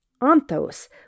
anthos